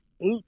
eight